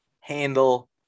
handle